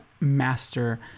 master